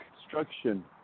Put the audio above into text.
construction